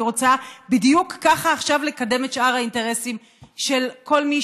אני רוצה בדיוק ככה לקדם את שאר האינטרסים של כל מי